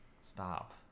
Stop